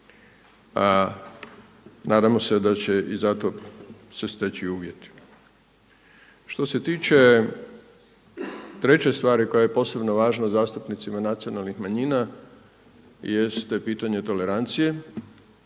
nadamo se da će se i za to steći uvjeti. Što se tiče treće stvari koja je posebno važna zastupnicima nacionalnih manjina jeste pitanje tolerancije,